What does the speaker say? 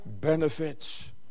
benefits